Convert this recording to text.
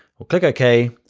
we'll click ok,